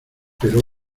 pero